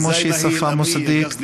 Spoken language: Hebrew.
כמו שהיא שפה מוסדית,